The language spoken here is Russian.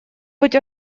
быть